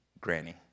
Granny